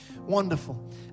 Wonderful